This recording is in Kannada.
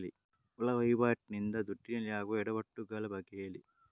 ಒಳ ವಹಿವಾಟಿ ನಿಂದ ದುಡ್ಡಿನಲ್ಲಿ ಆಗುವ ಎಡವಟ್ಟು ಗಳ ಬಗ್ಗೆ ಹೇಳಿ